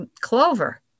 clover